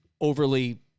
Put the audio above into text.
overly –